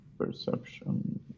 Perception